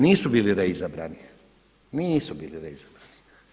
Nisu bili reizabrani, nisu bili reizabrani.